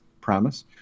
promise